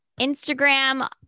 Instagram